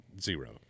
zero